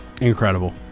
Incredible